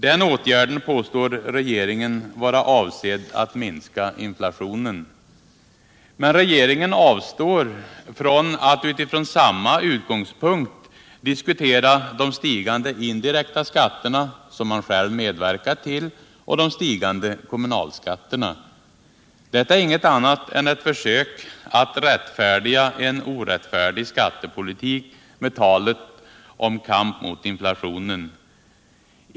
Den åtgärden påstår regeringen vara avsedd att minska inflationen. Men regeringen avstår från att utifrån samma utgångspunkt diskutera de stigande indirekta skatterna, som man själv medverkat till, och de stigande kommunalskatterna. Detta är inget annat än ett försök att rättfärdiga en orättfärdig skattepolitik med talet om kamp mot inflationen.